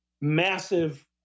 Massive